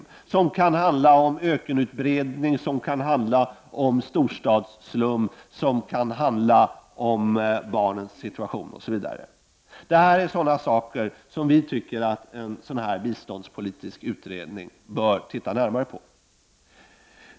De problemen kan handla om ökenutbredning, om storstadsslum, om barnens situation osv. Det är sådana saker som vi tycker att en biståndspolitisk utredning bör studera närmare.